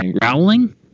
growling